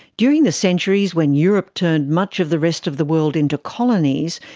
during the centuries when europe turned much of the rest of the world into colonies,